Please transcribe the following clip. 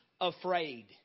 afraid